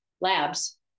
labs